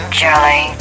jelly